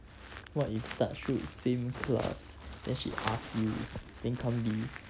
what if touch wood same class then she ask you then can't be